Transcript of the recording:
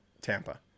Tampa